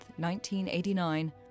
1989